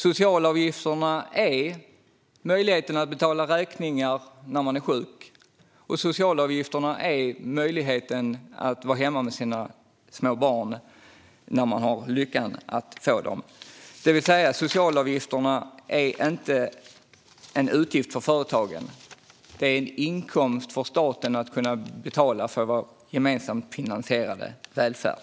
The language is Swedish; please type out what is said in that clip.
Socialavgifterna är möjligheten att betala räkningar när man är sjuk och möjligheten att vara hemma med sina barn när man haft lyckan att få dem. Socialavgifterna är alltså inte en utgift för företagen. De är en inkomst för staten för att kunna betala för vår gemensamt finansierade välfärd.